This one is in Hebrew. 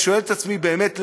אני שואל את עצמי: באמת,